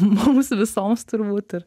mums visoms turbūt ir